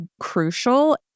crucial